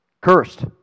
Cursed